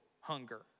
hunger